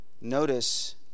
notice